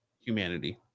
humanity